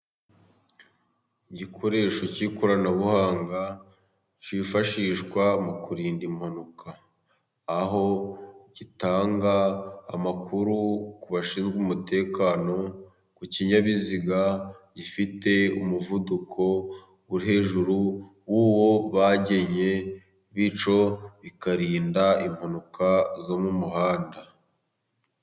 Igikoresho cy'ikoranabuhanga kifashishwa mu kurinda impanuka, aho gitanga amakuru ku bashinzwe umutekano ku kinyabiziga gifite umuvuduko uri hejuru y'uwo bagennye, bityo bikarinda impanuka zo mu muhanda.